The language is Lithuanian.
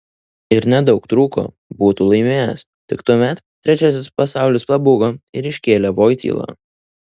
ir nedaug trūko būtų laimėjęs tik tuomet trečiasis pasaulis pabūgo ir iškėlė voitylą